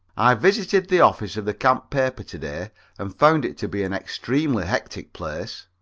i visited the office of the camp paper to-day and found it to be an extremely hectic place.